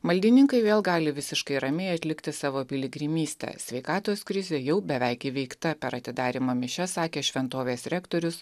maldininkai vėl gali visiškai ramiai atlikti savo piligrimystę sveikatos krizė jau beveik įveikta per atidarymo mišias sakė šventovės rektorius